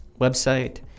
website